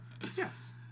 Yes